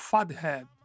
Fathead